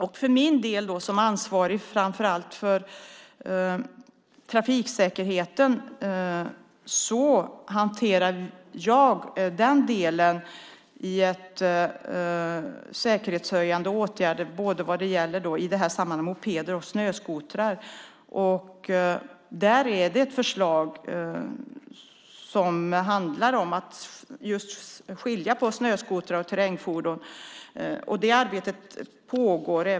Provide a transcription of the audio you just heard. Jag som ansvarig framför allt för trafiksäkerheten hanterar säkerhetshöjande åtgärder vad gäller både mopeder och snöskotrar. Det finns ett förslag som handlar om att skilja på snöskotrar och terrängfordon. Det arbetet pågår.